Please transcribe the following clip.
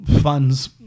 funds